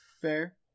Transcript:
Fair